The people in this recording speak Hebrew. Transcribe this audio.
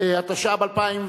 התשע"ב 2012,